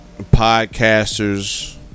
Podcasters